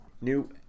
New